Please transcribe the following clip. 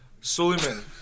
Suleiman